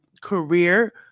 career